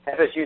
FSU